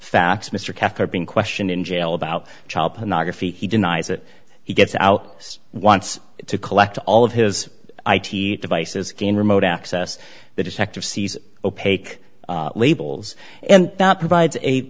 facts mr cathcart being questioned in jail about child pornography he denies that he gets out wants to collect all of his devices again remote access the detective sees opaque labels and that provides a